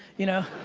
you know.